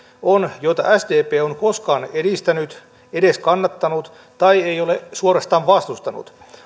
ja joita sdp on koskaan edistänyt edes kannattanut tai ei ole suorastaan vastustanut